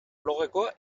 blogeko